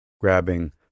grabbing